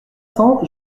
cents